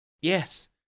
Yes